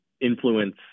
influence